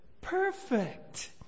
perfect